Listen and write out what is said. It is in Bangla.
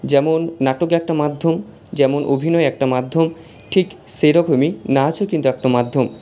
যেমন নাটকে একটা মাধ্যম যেমন অভিনয় একটা মাধ্যম ঠিক সেইরকমই নাচও কিন্তু একটা মাধ্যম